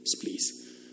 please